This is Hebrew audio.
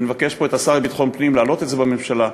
אני מבקש פה מהשר לביטחון פנים להעלות את זה בממשלה.